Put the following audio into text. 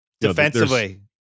Defensively